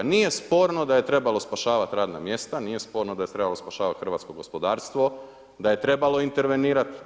Nije sporno da je trebalo spašavati radna mjesta, nije sporno da je trebalo spašavati hrvatsko gospodarstvo, da je trebalo intervenirat.